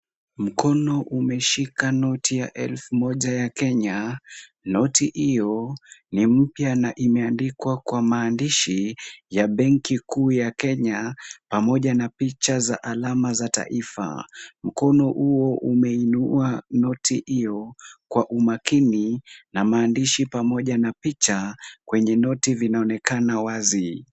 Mkono umeshika noti ya elfu moja ya Kenya, noti hiyo ni mpya na imeandikwa kwa maandishi ya benki kuu ya Kenya pamoja na picha za alama za taifa. Mkono huo umeinua noti hiyo kwa umakini na maandishi pamoja na picha kwenye noti vinaonekana wazi.